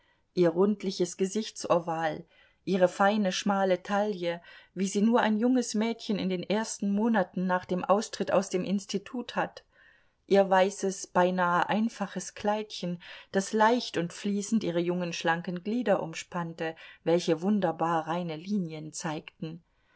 ihr rundliches gesichtsoval ihre feine schmale taille wie sie nur ein junges mädchen in den ersten monaten nach dem austritt aus dem institut hat ihr weißes beinahe einfaches kleidchen das leicht und fließend ihre jungen schlanken glieder umspannte welche wunderbar reine linien zeigten